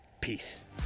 Peace